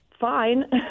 fine